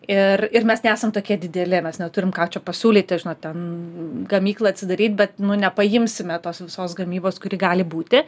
ir ir mes nesam tokie dideli mes neturim ką čia pasiūlyti žinot ten gamyklą atsidaryt bet nepaimsime tos visos gamybos kuri gali būti